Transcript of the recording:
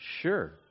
Sure